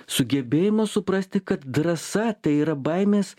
sugebėjimo suprasti kad drąsa tai yra baimės